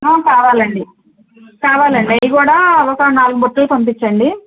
కావాలండి కావాలండి అవి కూడా ఒక నాలుగు బుట్టలు పంపించండి